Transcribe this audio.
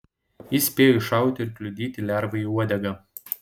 jis spėjo iššauti ir kliudyti lervai uodegą